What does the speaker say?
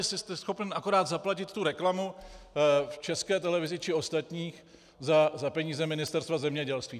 Vy jste schopen akorát zaplatit tu reklamu v České televizi či ostatních za peníze Ministerstva zemědělství.